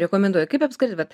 rekomenduoji kaip apskritai vat